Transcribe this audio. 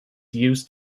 used